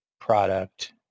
product